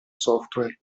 software